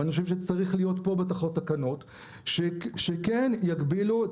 אני חושב שצריך להיות פה בתוך התקנות שכן יגבילו את